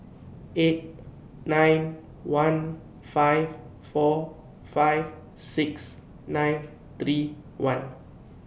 eight nine one five four five six nine three one